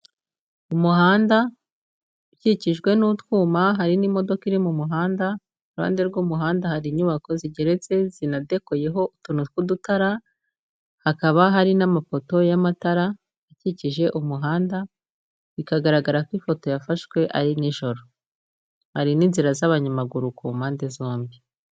Umuhanda ukikijwe n'utwuma, hari n'imodoka iri mu muhanda, iruhande rw'umuhanda hari inyubako zigeretse zinadekoyeho utuntu tw'udutara, hakaba hari n'amafoto y'amatara akikije umuhanda. Bikagaragara ko ifoto yafashwe ari nijoro hari n'inzira z'abanyamaguru ku mpande zombi.